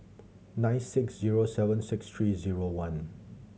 nine six zero seven six three zero one